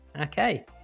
Okay